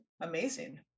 amazing